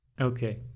Okay